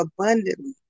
abundantly